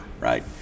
right